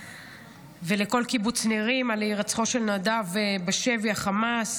ולכל קיבוץ נירים על הירצחו של נדב בשבי חמאס.